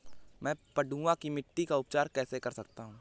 मैं पडुआ की मिट्टी का उपचार कैसे कर सकता हूँ?